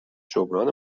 جبران